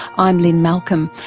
i'm lynne malcolm.